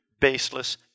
baseless